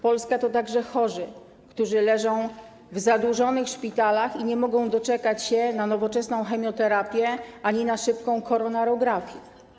Polska to także chorzy, który leżą w zadłużonych szpitalach i nie mogą doczekać się na nowoczesną chemioterapię ani na szybką koronarografię.